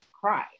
cry